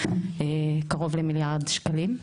קרוב למיליארד שקלים,